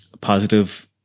positive